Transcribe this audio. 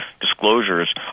disclosures